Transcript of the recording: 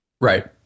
Right